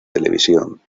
televisión